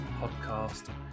podcast